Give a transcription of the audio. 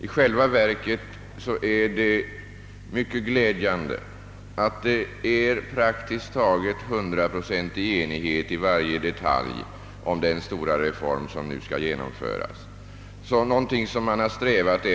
I själva verket föreligger det glädjande nog praktiskt taget hundraprocentig enighet om varje detalj i reformen, som eftersträvats i 30 år.